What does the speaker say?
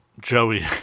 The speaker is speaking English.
Joey